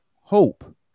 hope